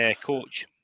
coach